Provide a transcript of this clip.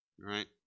right